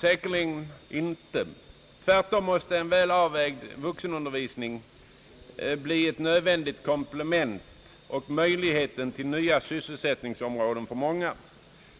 Säkerligen inte, tvärtom måste en väl avvägd vuxenundervisning bli ett nödvändigt komplement och skapa möjlighet till nya sysselsättningsområden för många.